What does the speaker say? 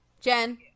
Jen